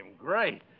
great